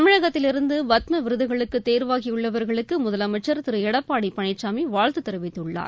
தமிழகத்திலிருந்து பத்ம விருதுகளுக்கு தேர்வாகியுள்ளவர்களுக்கு முதலமைச்சர் திரு எடப்பாடி பழனிசாமி வாழ்த்து தெரிவித்துள்ளார்